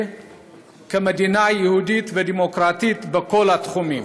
כמדינה יהודית ודמוקרטית בכל התחומים.